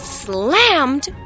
slammed